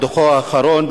בדוח האחרון,